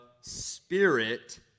Spirit